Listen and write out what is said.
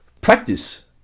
practice